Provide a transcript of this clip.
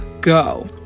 go